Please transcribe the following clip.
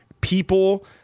people